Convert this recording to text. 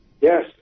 Yes